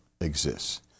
exists